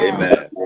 Amen